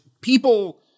people